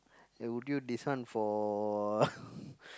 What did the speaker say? like would you this one for